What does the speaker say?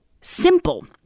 simple